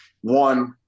One